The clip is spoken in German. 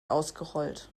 ausgerollt